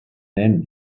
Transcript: then